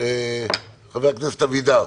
תודה.